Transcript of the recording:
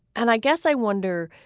and i guess i wonder,